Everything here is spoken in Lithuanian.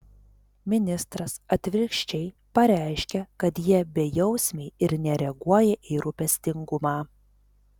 ministras atvirkščiai pareiškia kad jie bejausmiai ir nereaguoja į rūpestingumą